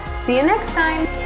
see you next time